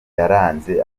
yaranze